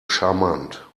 charmant